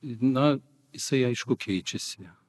na jisai aišku keičiasi